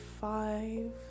five